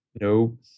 No